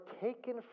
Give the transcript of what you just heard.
taken